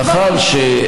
מה לעשות,